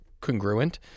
congruent